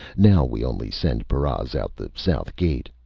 now we only send paras out the south gate.